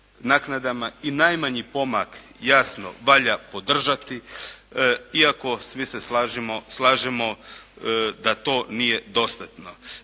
i najmanji pomak jasno valja podržati. Iako svi se slažemo da to nije dostatno.